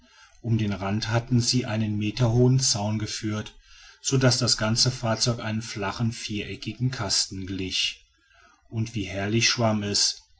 um den rand hatten sie einen meterhohen zaun geführt sodaß das ganze fahrzeug einen flachen viereckigen kasten glich und wie herrlich schwamm es